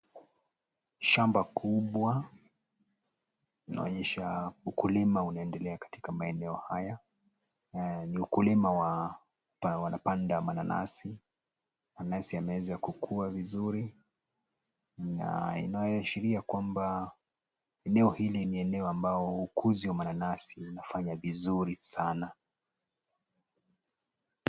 Shamba kubwa inaonyesha ukulima unaendelea katika maeneo haya. Ni ukulima wa, wanapanda mananasi. Mananasi yameweza kukua vizuri, na inayoashiria kwamba eneo hili ni eneo ambao ukuzi wa mananasi unafanya vizuri sana.